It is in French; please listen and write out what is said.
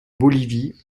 bolivie